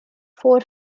four